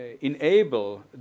enable